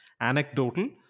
anecdotal